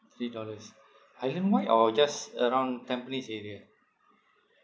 three dollars islandwide or just around tampines area